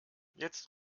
jetzt